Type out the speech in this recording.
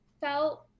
felt